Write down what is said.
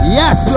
yes